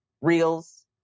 Reels